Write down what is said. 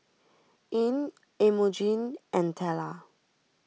Ilene Emogene and Tella